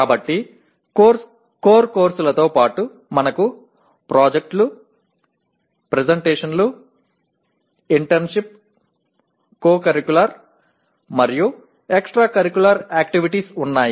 కాబట్టి కోర్ కోర్సులతో పాటు మనకు ప్రాజెక్టులు ప్రెజెంటేషన్లు ఇంటర్న్షిప్ కో కరిక్యులర్ మరియు ఎక్స్ట్రా కరిక్యులర్ యాక్టివిటీస్ ఉన్నాయి